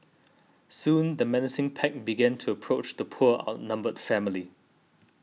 soon the menacing pack began to approach the poor outnumbered family